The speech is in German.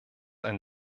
ein